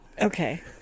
Okay